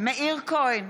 מאיר כהן,